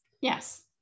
Yes